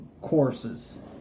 courses